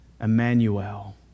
Emmanuel